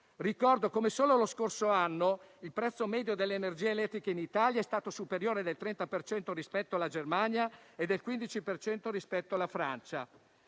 Ricordo come solo lo scorso anno il prezzo medio dell'energia elettrica in Italia è stato superiore del 30 per cento rispetto alla Germania e del 15 per cento rispetto alla Francia.